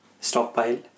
stockpile